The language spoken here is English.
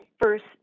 First